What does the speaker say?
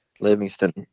Livingston